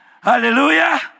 Hallelujah